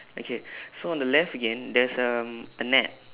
okay so on the left again there's um a net